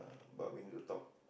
but we need to talk